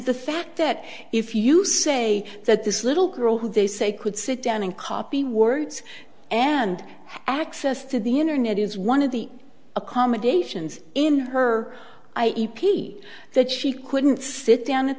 the fact that if you say that this little girl who they say could sit down and copy words and access to the internet is one of the accommodations in her eye e p that she couldn't sit down at